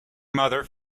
mother